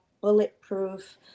bulletproof